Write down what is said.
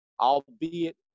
albeit